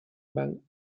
van